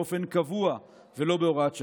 באופן קבוע ולא בהוראת שעה.